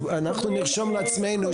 אנחנו נצטרך להסתפק בזה,